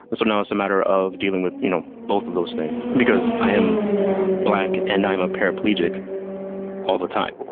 so now it's a matter of dealing with you know both of those things because i am black and i am a paraplegic all the time.